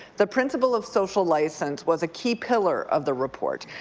the principal of social licence was a key pillar of the report.